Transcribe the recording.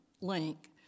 link